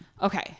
Okay